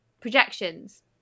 Projections